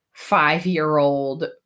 five-year-old